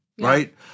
right